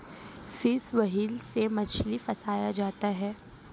fish wheel से मछली फँसायी जाती है